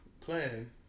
plan